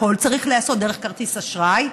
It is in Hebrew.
הכול צריך להיעשות דרך כרטיס אשראי,